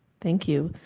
thank you.